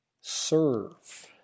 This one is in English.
Serve